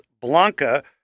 Blanca